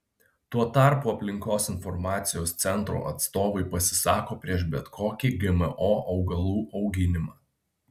tuo tarpu aplinkos informacijos centro atstovai pasisako prieš bet kokį gmo augalų auginimą